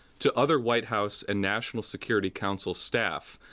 to other white house and national security council staff,